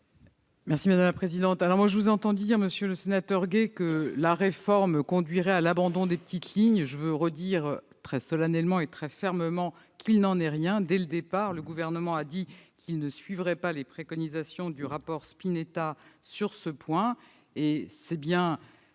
Quel est l'avis du Gouvernement ? Vous avez dit, monsieur le sénateur Gay, que la réforme conduirait à l'abandon des petites lignes. Je veux redire, très solennellement et fermement, qu'il n'en est rien. Dès le départ, le Gouvernement a dit qu'il ne suivrait pas les préconisations du rapport Spinetta sur ce point. Ce sont bien